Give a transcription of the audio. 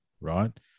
right